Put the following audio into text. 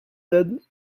dead